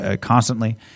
constantly